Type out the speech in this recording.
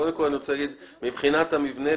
מבחינת המבנה,